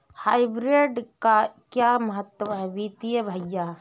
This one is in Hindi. हाइब्रिड का क्या मतलब है वित्तीय में भैया?